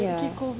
ya